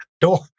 door